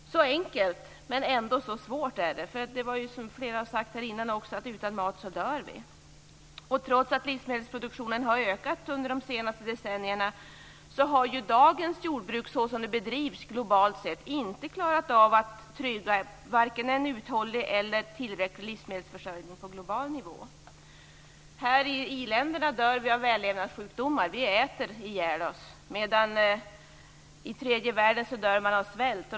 Så enkelt, men ändå så svårt, är det. För det är ju som flera har sagt innan; utan mat dör vi. Och trots att livsmedelsproduktionen har ökat under de senaste decennierna har ju dagens jordbruk såsom det bedrivs globalt sett inte klarat av att trygga varken en uthållig eller en tillräcklig livsmedelsförsörjning på global nivå. Här i i-länderna dör vi av vällevnadssjukdomar. Vi äter ihjäl oss. Men i tredje världen dör man av svält.